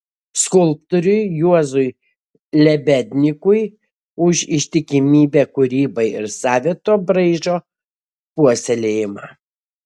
skulptoriui juozui lebednykui už ištikimybę kūrybai ir savito braižo puoselėjimą